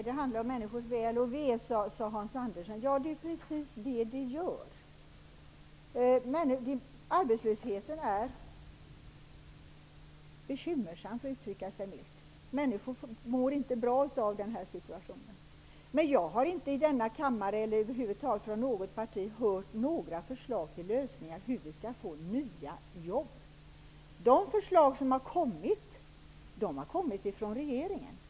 Herr talman! Hans Andersson sade att det handlar om människors väl och ve. Det är precis vad det gör. Arbetslösheten är bekymmersam, för att uttrycka sig milt. Människor mår inte bra av den här situationen. Jag har inte i denna kammare eller över huvud taget från något parti hört några förslag till lösningar på hur vi skall få nya jobb. De förslag som har kommit har kommit från regeringen.